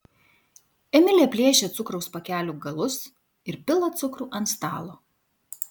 emilė plėšia cukraus pakelių galus ir pila cukrų ant stalo